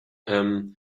ähm